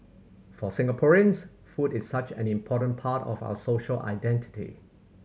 for Singaporeans food is such an important part of our social identity